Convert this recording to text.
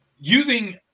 using